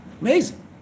Amazing